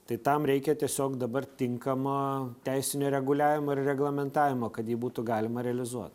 tai tam reikia tiesiog dabar tinkamo teisinio reguliavimo ir reglamentavimo kad būtų galima realizuot